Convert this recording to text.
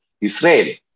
Israel